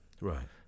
right